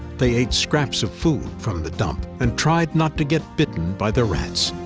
they ate scraps of food from the dump and tried not to get bitten by the rats.